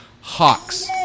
Hawks